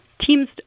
teams